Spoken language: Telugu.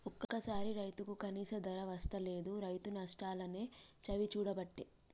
ఒక్కోసారి రైతుకు కనీస ధర వస్తలేదు, రైతు నష్టాలనే చవిచూడబట్టే